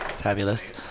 Fabulous